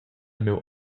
miu